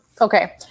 okay